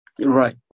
Right